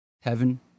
Heaven